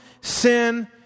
sin